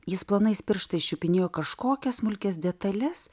jis plonais pirštais čiupinėjo kažkokias smulkias detales